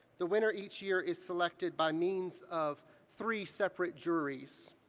the winner each year is selected by means of three separate juries.